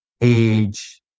age